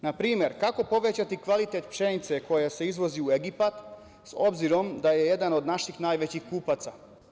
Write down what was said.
Na primer, kako povećati kvalitet pšenice koja se izvozi u Egipat, obzirom da je jedan od naših najvećih kupaca?